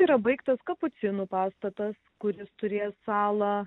yra baigtas kapucinų pastatas kuris turės salą